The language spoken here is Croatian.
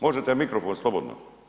Možete mikrofon, slobodno.